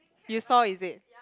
you saw is it